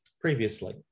previously